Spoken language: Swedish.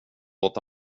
låta